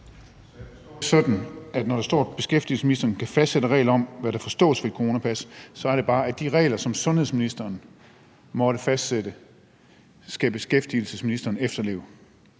sådan, at når der står, at beskæftigelsesministeren kan fastsætte en regel om, hvad der forstås ved et coronapas, så er det bare, at de regler, som sundhedsministeren måtte fastsætte, skal beskæftigelsesministeren efterleve?